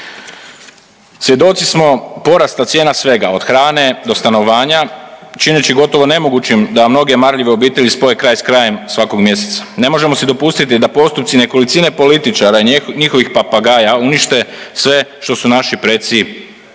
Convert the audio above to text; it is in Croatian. Svjedoci smo porasta cijena svega od hrane do stanovanja čineći gotovo nemogućim da mnoge marljive obitelji spoje kraj s krajem svakog mjeseca. Ne možemo si dopustiti da postupci nekolicine političara i njihovih papagaja unište sve što su naši preci